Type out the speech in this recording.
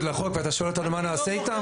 לחוק ואתה שואל אותנו מה נעשה איתם?